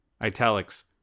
italics